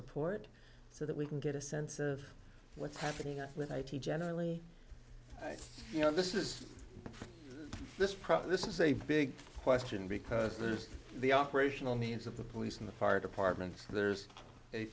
report so that we can get a sense of what's happening with a t generally you know this is this problem this is a big question because there's the operational needs of the police and the fire department so there's a